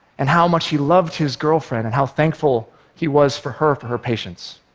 and how much he loved his girlfriend and how thankful he was for her for her patience.